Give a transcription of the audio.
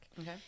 Okay